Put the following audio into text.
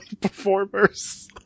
performers